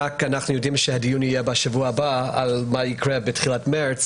אנחנו יודעים שהדיון על מה יקרה בתחילת חודש מרס